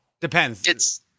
depends